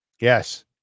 Yes